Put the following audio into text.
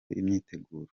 imyiteguro